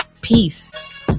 peace